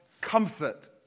comfort